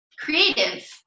creative